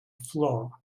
flaw